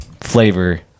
flavor